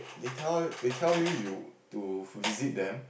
they tell they tell you you to visit them